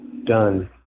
Done